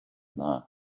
dda